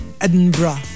Edinburgh